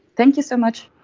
thank you so much.